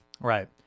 Right